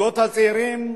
הזוגות הצעירים,